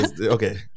okay